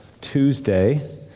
Tuesday